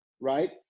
right